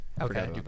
Okay